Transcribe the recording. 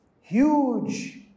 huge